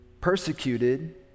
persecuted